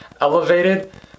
elevated